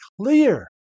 clear